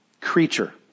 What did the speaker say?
creature